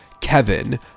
Kevin